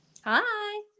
Hi